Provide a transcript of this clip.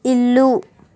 ఇల్లు